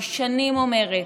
אני שנים אומרת